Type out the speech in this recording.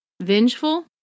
vengeful